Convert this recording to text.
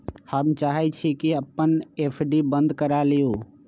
हम चाहई छी कि अपन एफ.डी बंद करा लिउ